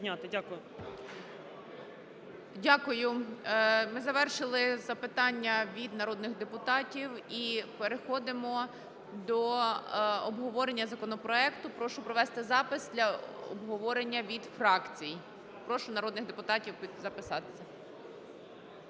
Дякую. Ми завершили запитання від народних депутатів. І переходимо до обговорення законопроекту. Прошу провести запис для обговорення від фракцій. Прошу народних депутатів записатися.